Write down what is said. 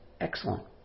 excellent